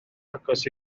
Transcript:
agos